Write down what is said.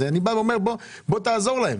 אני אומר בוא תעזור להם.